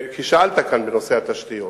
שאלת כאן בנושא התשתיות.